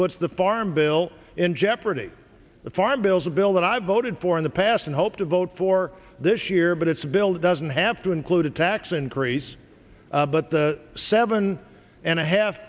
puts the farm bill in jeopardy the farm bills a bill that i voted for in the past and hope to vote for this year but it's a bill doesn't have to include a tax increase but the seven and a half